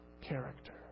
character